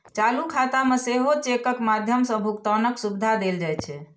चालू खाता मे सेहो चेकक माध्यम सं भुगतानक सुविधा देल जाइ छै